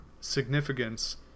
significance